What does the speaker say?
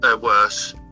worse